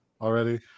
already